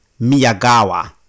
Miyagawa